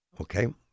Okay